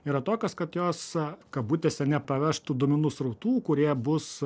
yra tokios kad jos kabutėse nepaveštų duomenų srautų kurie bus